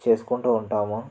చేస్కుంటూ ఉంటాము